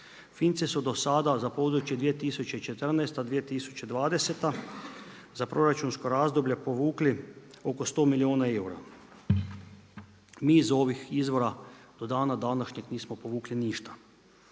Finci su dosada za područje 2014.-2020. za proračunsko razdoblje povukli oko 100 milijuna eura. Mi iz ovih izvora do dana današnjeg nismo povukli ništa.